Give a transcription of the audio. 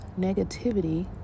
negativity